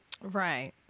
Right